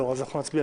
לא, אז אנחנו נצביע.